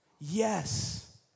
Yes